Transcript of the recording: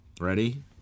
Ready